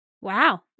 Wow